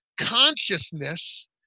consciousness